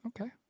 Okay